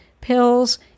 pills